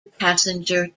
passenger